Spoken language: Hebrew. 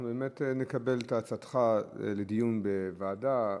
אנחנו באמת נקבל את עצתך לדיון בוועדה.